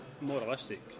moralistic